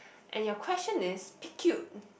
and your question is pick cute